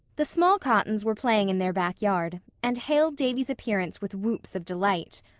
the small cottons were playing in their back yard, and hailed davy's appearance with whoops of delight.